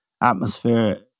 atmosphere